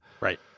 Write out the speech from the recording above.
Right